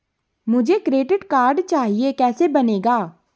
मुझे credit card चाहिए कैसे बनेगा?